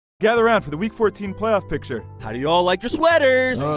gather round for the week fourteen playoff picture! how do you all like your sweaters! oh